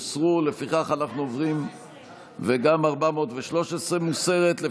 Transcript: וגם 413, מוסרות.